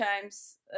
times